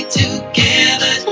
together